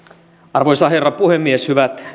arvoisa herra puhemies